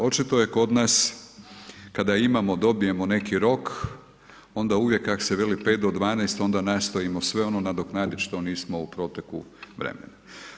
Očito je kod nas kada imamo, dobijemo neki rok onda uvijek kak se veli 5 do 12 onda nastojim sve ono nadoknadit što nismo u proteku vremena.